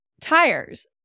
tires